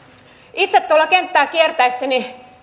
itse tuolla kenttää kiertäessäni